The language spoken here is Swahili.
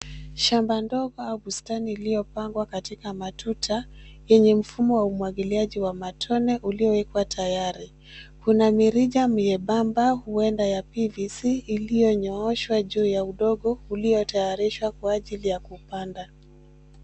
Shamba ndogo au bustani iliyopangwa katika matuta, yenye mfumo wa umwagiliaji wa matone uliowekwa tayari. Kuna mirija miebamba huenda ya PVC iliyonyooshwa juu ya udongo uliotayarishwa kwa ajili ya kupanda.